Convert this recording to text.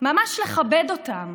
ממש לכבד אותם.